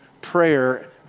prayer